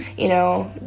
you know,